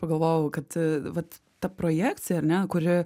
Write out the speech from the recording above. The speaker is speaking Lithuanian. pagalvojau kad vat ta projekcija ar ne kuri